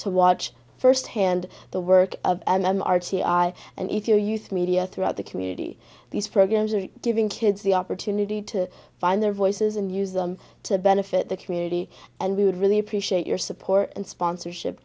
to watch firsthand the work of m m r t i and if you use media throughout the community these programs are giving kids the opportunity to find their voices and use them to benefit the community and we would really appreciate your support and sponsorship